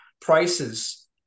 prices